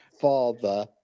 father